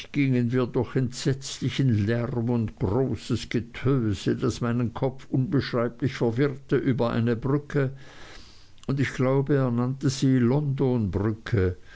gingen wir durch entsetzlichen lärm und großes getöse das meinen kopf unbeschreiblich verwirrte über eine brücke ich glaube er nannte sie